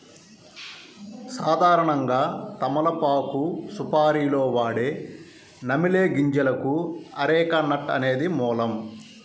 సాధారణంగా తమలపాకు సుపారీలో వాడే నమిలే గింజలకు అరెక నట్ అనేది మూలం